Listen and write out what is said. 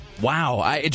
wow